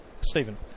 Stephen